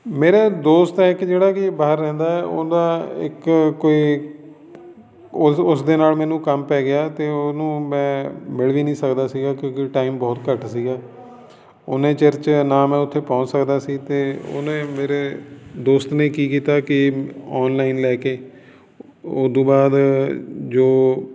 ਮੇਰਾ ਦੋਸਤ ਆ ਇੱਕ ਜਿਹੜਾ ਕਿ ਬਾਹਰ ਰਹਿੰਦਾ ਹੈ ਉਹਦਾ ਇੱਕ ਕੋਈ ਉਸ ਉਸ ਦੇ ਨਾਲ ਮੈਨੂੰ ਕੰਮ ਪੈ ਗਿਆ ਅਤੇ ਉਹਨੂੰ ਮੈਂ ਮਿਲ ਵੀ ਨਹੀਂ ਸਕਦਾ ਸੀਗਾ ਕਿਉਂਕਿ ਟਾਈਮ ਬਹੁਤ ਘੱਟ ਸੀਗਾ ਓਨੇ ਚਿਰ 'ਚ ਨਾ ਮੈਂ ਉੱਥੇ ਪਹੁੰਚ ਸਕਦਾ ਸੀ ਅਤੇ ਉਹਨੇ ਮੇਰੇ ਦੋਸਤ ਨੇ ਕੀ ਕੀਤਾ ਕਿ ਔਨਲਾਈਨ ਲੈ ਕੇ ਉਦੋਂ ਬਾਅਦ ਜੋ